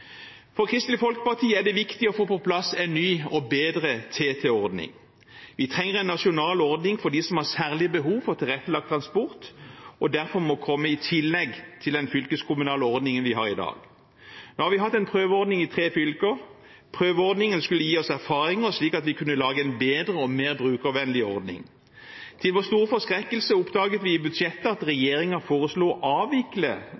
For Kristelig Folkeparti er det viktig å få på plass en ny og bedre TT-ordning. Vi trenger en nasjonal ordning for dem som har særlig behov for tilrettelagt transport, og som må komme i tillegg til den fylkeskommunale ordningen vi har i dag. Nå har vi hatt en prøveordning i tre fylker. Prøveordningen skulle gi oss erfaringer slik at vi kunne lage en bedre og mer brukervennlig ordning. Til vår store forskrekkelse oppdaget vi i budsjettet at regjeringen foreslo å avvikle